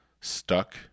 stuck